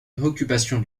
préoccupation